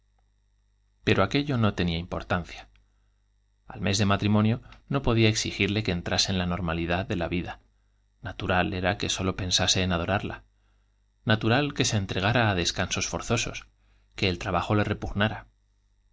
pero aquello no tenía importan cia al mes de matrimonio no podía exigirle que entrase en la normalidad de la vida natural era que sólo pensase en adorarla natural que se entregara á descansos forzosos que el trabajo le repugp